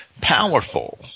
powerful